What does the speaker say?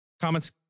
comments